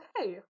Okay